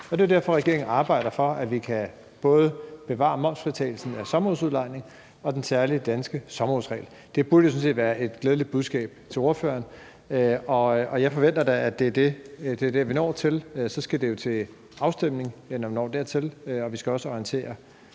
Det er jo derfor, at regeringen arbejder for, at vi både kan bevare momsfritagelsen for sommerhusudlejning og den særlige danske sommerhusregel. Det burde jo sådan set være et glædeligt budskab til ordføreren, og jeg forventer da, at det er det, vi når frem til. Så skal det jo til afstemning, når vi når dertil, og vi skal også orientere